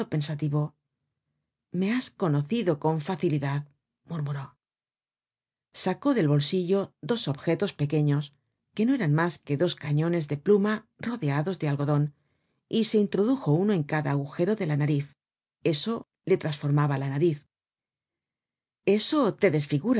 pensativo me has conocido con facilidad murmuró sacó del bolsillo dos objetos pequeños que no eran mas que dos cañones de pluma rodeados de algodon y se introdujo uno en cada agujero de la nariz esto le trasformaba la nariz